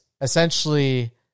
essentially